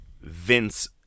Vince